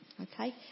Okay